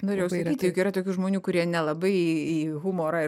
norėjau sakyti juk yra tokių žmonių kurie nelabai į humorą